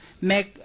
make